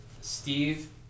Steve